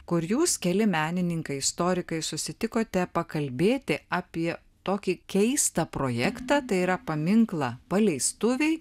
kur jūs keli menininkai istorikai susitikote pakalbėti apie tokį keistą projektą tai yra paminklą paleistuviai